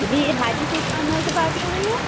جی Haji fish corner سے بات ہو رہی ہے